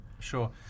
Sure